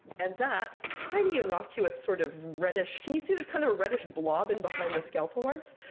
and that tiny innocuous sort of reddish can you see there's kind of a reddish blob in behind the scalpel marks?